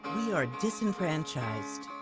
we are disenfranchised,